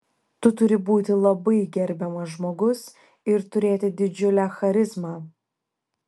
tu turi būti labai gerbiamas žmogus ir turėti didžiulę charizmą